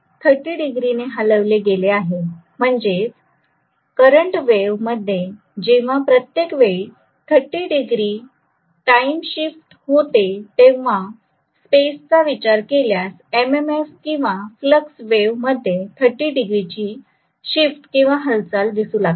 म्हणजेच करंट वेव्हमध्ये जेव्हा प्रत्येक वेळी 30 डिग्री टाईम शिफ्ट होते तेव्हा स्पेसचा विचार केल्यास एम एम एफ किंवा फ्लक्स वेव्ह मध्ये 30 डिग्री ची शिफ्ट किंवा हालचाल दिसून येते